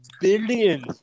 billions